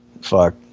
fuck